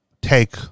take